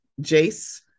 jace